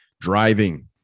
driving